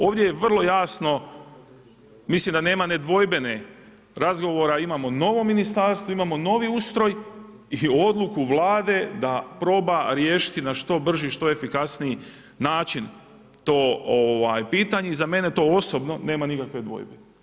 Ovdje je vrlo jasno, mislim da nema nedvojbenih razgovora, imamo novo ministarstvo, imamo novi ustroj i odluku Vlade da proba riješiti na što brži, što efikasniji način to pitanje i za mene to osobno nema nikakve dvojbe.